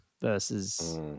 versus